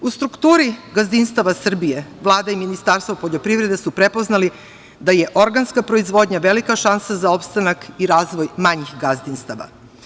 U strukturi gazdinstava Srbije, Vlada i Ministarstvo poljoprivrede su prepoznali da je organska proizvodnja velika šansa za opstanak i razvoj manjih gazdinstava.